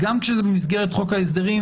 גם כשזה במסגרת חוק ההסדרים,